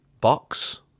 box